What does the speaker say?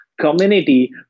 community